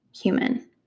human